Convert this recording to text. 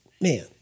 Man